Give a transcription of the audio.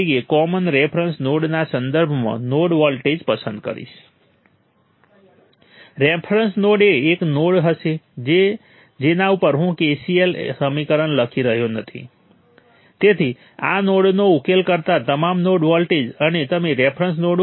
પછી તમામ branch voltage મેળવવા માટે નોડ વોલ્ટેજનો ઉપયોગ કરો અને અંતે તમામ બ્રાન્ચ કરંટો મેળવવા માટે એલિમેન્ટ I V સંબંધો અને નોડ વોલ્ટેજનો ઉપયોગ કરો